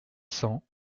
cents